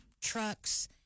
trucks